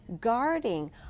guarding